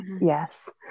Yes